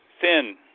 thin